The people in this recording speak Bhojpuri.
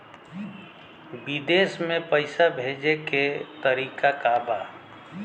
विदेश में पैसा भेजे के तरीका का बा?